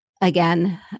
again